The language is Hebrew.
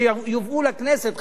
שיובאו לכנסת,